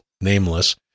nameless